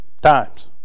times